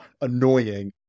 annoying